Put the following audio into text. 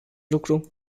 lucru